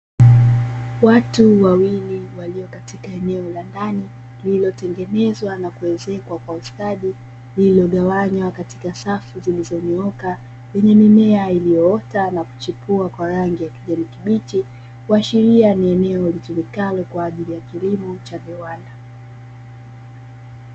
Watu wawili walio katika eneo la ndani, lililotengenezwa na kuezekwa kwa ustadi, lililogawanywa katika safu zilizonyooka, zenye mimea iliyoota na kuchipua kwa rangi ya kijani kibichi, kuashiria ni eneo litumikalo kwa ajili ya kilimo cha viwanda.